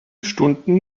stunden